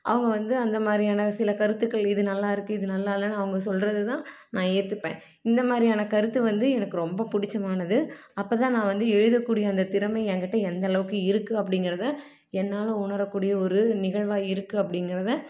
அவங்க வந்து அந்தமாதிரியான சில கருத்துக்கள் இது நல்லாயிருக்குது இது நல்லாயில்லைனு அவங்க சொல்கிறதுதான் நான் ஏத்துப்பேன் இந்த மாதிரியான கருத்து வந்து எனக்கு ரொம்ப பிடிச்சமானது அப்போதான் நான் வந்து எழுதக்கூடிய அந்த திறமை ஏங்கிட்ட எந்த அளவுக்கு இருக்குது அப்படிங்கிறத என்னால் உணரக்கூடிய ஒரு நிகழ்வாக இருக்குது அப்படிங்கிறத